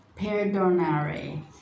Perdonare